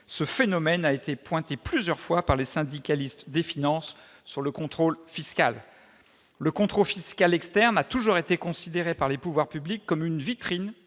Ce phénomène a été relevé plusieurs fois par les syndicalistes des finances sur le contrôle fiscal. Le contrôle fiscal externe a toujours été considéré par les pouvoirs publics comme une vitrine